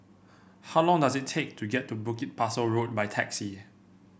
how long does it take to get to Bukit Pasoh Road by taxi